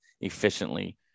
efficiently